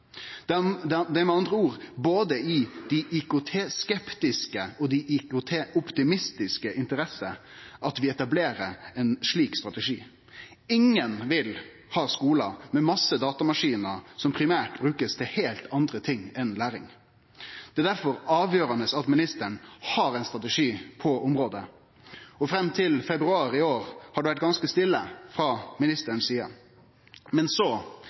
Det er med andre ord i interessa til både dei IKT-skeptiske og dei IKT-optimistiske at vi etablerer ein slik strategi. Ingen vil ha skular med masse datamaskinar som primært blir brukte til heilt andre ting enn læring. Det er difor avgjerande at ministeren har ein strategi på området. Fram til februar i år har det vore ganske stille frå ministerens side. Men så,